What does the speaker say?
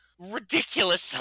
ridiculous